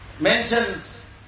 mentions